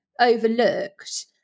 overlooked